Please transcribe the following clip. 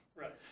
Right